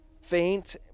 faint